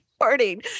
recording